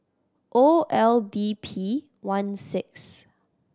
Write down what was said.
O L B P one six